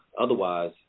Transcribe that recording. Otherwise